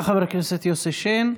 תודה, חבר הכנסת יוסי שיין.